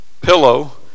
pillow